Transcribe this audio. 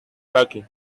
packing